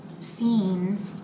seen